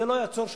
זה לא יעצור שם.